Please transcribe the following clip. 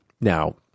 Now